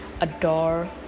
adore